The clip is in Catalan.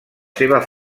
seva